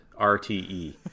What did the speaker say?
RTE